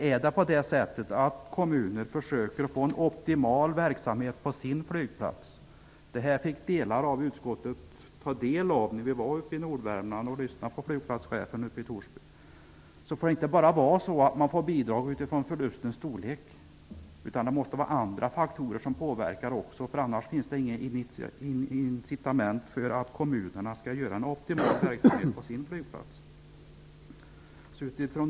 Om kommuner försöker få en optimal verksamhet på sina flygplatser -- det här fick delar av utskottet ta del av när vi var i Nordvärmland och lyssnade på flygplatschefen i Torsby -- får det inte vara så att man får bidrag bara utifrån förlustens storlek, utan också andra faktorer måste påverka, för annars finns det inget incitament för kommunerna att göra något för att få optimal verksamhet på sina flygplatser.